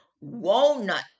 Walnut